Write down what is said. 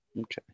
Okay